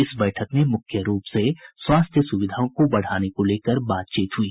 इस बैठक में मुख्य रूप से स्वास्थ्य सुविधाओं को बढ़ाने को लेकर बातचीत हुई